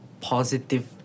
positive